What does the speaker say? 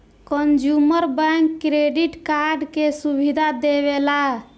consumer bank credit card के सुविधा देवेला